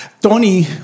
Tony